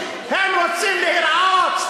הם רוצים להיראות,